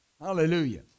Hallelujah